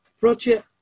Roger